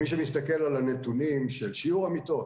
מי שמסתכל על הנתונים של שיעור המיטות,